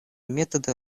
методы